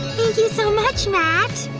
you so much, matt